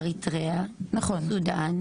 אריתריאה, סודן.